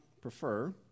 prefer